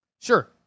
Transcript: Sure